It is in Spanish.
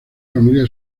familia